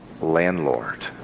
Landlord